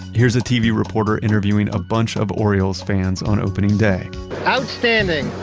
here's a tv reporter interviewing a bunch of orioles fans on opening day outstanding.